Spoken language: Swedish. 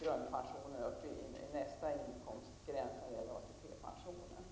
grundpension och nästa inkomstgräns när det gäller ATP-pensionen.